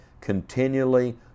continually